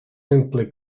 simply